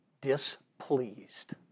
displeased